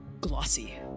glossy